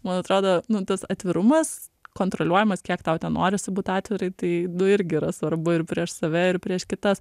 man atrodo nu tas atvirumas kontroliuojamas kiek tau ten norisi būt atvirai tai nu irgi yra svarbu ir prieš save ir prieš kitas